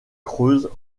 creuses